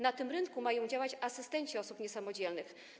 Na tym rynku mają działać asystenci osób niesamodzielnych.